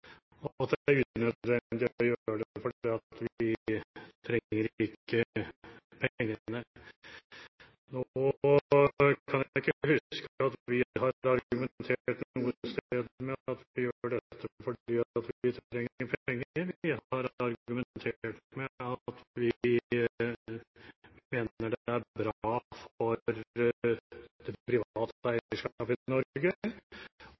at dette er kortsiktig, og at det er unødvendig å gjøre det, for vi trenger ikke pengene. Nå kan jeg ikke huske at vi noe sted har argumentert med at vi gjør dette fordi vi trenger penger. Vi har argumentert med at vi mener det er bra for det